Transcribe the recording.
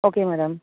okay madam